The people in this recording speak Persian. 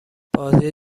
بازی